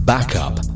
Backup